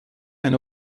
ein